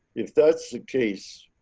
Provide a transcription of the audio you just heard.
if that's the case,